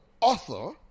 author